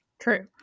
True